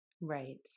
Right